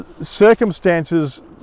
Circumstances